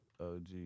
OG